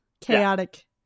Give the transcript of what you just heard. chaotic